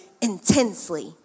intensely